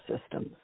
systems